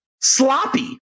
sloppy